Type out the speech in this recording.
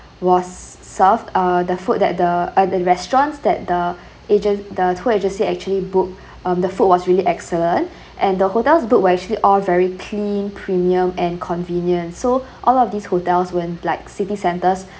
was s~ served uh the food that the at the restaurants that the agent the tour agency actually book um the food was really excellent and the hotel's booked were actually all very clean premium and convenient so all of these hotels were in like city centres